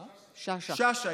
שאשא.